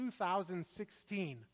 2016